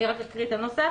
אני רק אקריא את הנוסח.